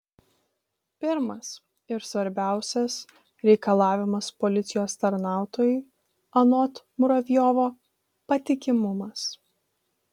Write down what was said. pirmas ir svarbiausias reikalavimas policijos tarnautojui anot muravjovo patikimumas